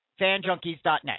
fanjunkies.net